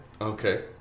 Okay